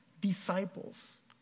disciples